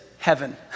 Heaven